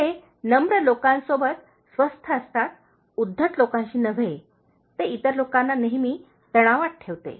ते नम्र लोकांसोबत स्वस्थ असतात उद्धट लोकांशी नव्हे ते इतर लोकाना नेहमी तणावात ठेवते